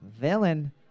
villain